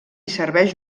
serveix